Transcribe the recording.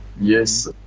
Yes